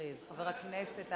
תכריזי בבקשה שהוא